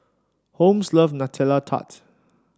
Holmes loves Nutella Tart